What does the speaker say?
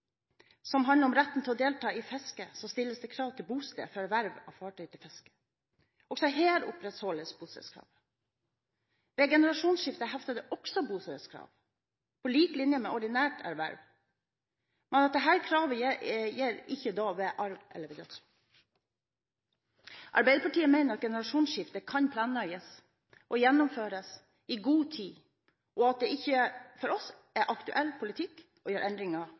som handler om retten til å delta i fiske, stilles det krav til bosted for erverv av fartøy til fiske. Også her opprettholdes bostedskravet. Ved generasjonsskifte hefter det også bostedskrav, på lik linje med ordinært erverv. Men dette kravet gjelder ikke da ved arv eller dødsfall. Arbeiderpartiet mener at generasjonsskifte kan planlegges og gjennomføres i god tid, og at det for oss ikke er aktuell politikk å gjøre endringer